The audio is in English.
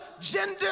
gender